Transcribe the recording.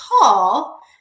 call